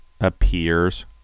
appears